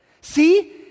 See